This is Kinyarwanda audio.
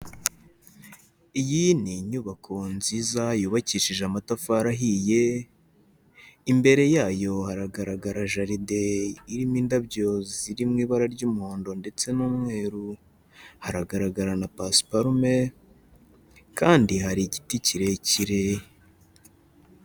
Iyi ni inyubako nziza yubakishije amatafari ahiye, imbere yayo haragaragara jaride irimo indabyo ziri mu ibara ry'umuhondo ndetse n'umweru, hagaragara na pasiparume kandi hari igiti kirekire.